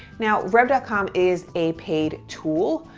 now rev dot com is a paid tool.